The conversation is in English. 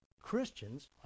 Christians